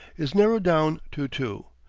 is narrowed down to two,